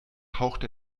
haucht